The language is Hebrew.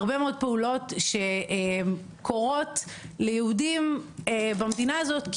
הרבה מאוד פעולות שקורות ליהודים במדינה הזאת,